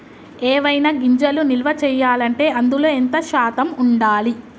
ఏవైనా గింజలు నిల్వ చేయాలంటే అందులో ఎంత శాతం ఉండాలి?